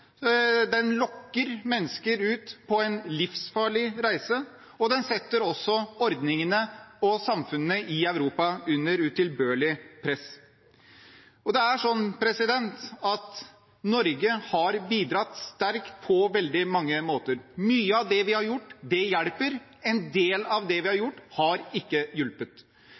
den lokker mennesker ut på en livsfarlig reise, og den setter også ordningene og samfunnene i Europa under utilbørlig press. Og det er slik at Norge har bidratt sterkt på veldig mange måter. Mye av det vi har gjort, hjelper. En del av det vi har gjort, har ikke hjulpet.